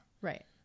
Right